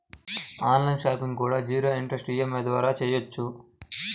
on line shopping కూడా zero interest EMI ద్వారా చెయ్యొచ్చు